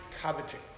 coveting